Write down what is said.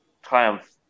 Triumph